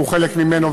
שהוא חלק ממנו,